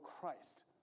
Christ